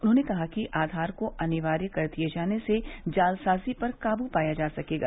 उन्होंने कहा कि आधार को अनिवार्य कर दिए जाने से जालसाजी पर काबू पाया जा सकेगा